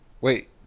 Wait